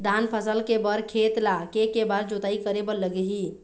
धान फसल के बर खेत ला के के बार जोताई करे बर लगही?